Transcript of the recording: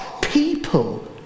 people